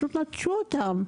ופשוט נטשו אותם.